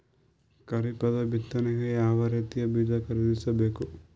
ಖರೀಪದ ಬಿತ್ತನೆಗೆ ಯಾವ್ ರೀತಿಯ ಬೀಜ ಖರೀದಿಸ ಬೇಕು?